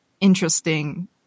interesting